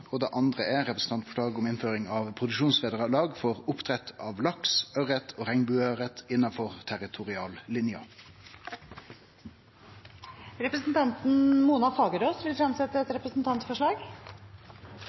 Det andre er om innføring av eit produksjonsvederlag for oppdrett av laks, aure og regnbogeaure innanfor territoriallinja. Representanten Mona Fagerås vil